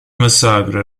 massacro